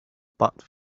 but